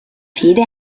fede